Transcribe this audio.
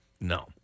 No